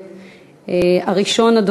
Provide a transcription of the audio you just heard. בנושא: ציון יום זכויות החולה,